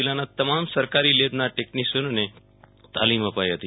જિલ્લાના તમામ સરકારી લેબના ટેકનિશિયલનોને તાલીમ અપાઈ હતી